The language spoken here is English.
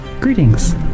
Greetings